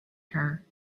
her